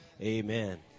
amen